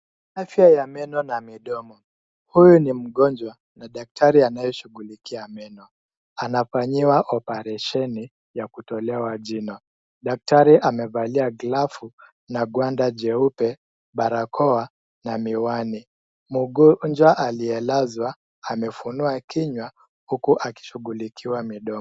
Afya ya meno ya midomo. Huyu ni mgonjwa na daktari anayeshugulikia meno. Anafanyiwa operesheni ya kutolewa jino. Daktari amevalia glavu na gwanda jeupe, barakoa na miwani. Mgonjwa aliyelazwa amefunua kinywa huku akishugulikiwa midomo.